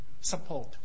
support